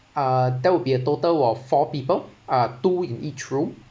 uh that will be a total of four people uh two in each room